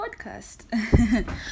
podcast